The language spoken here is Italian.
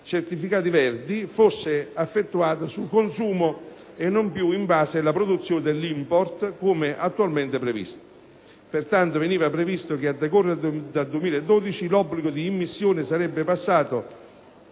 certificati verdi, fosse effettuato sul consumo e non più in base alla produzione e all'*import*, come attualmente previsto. Pertanto, veniva previsto che, a decorrere dal 2012, l'obbligo di immissione sarebbe passato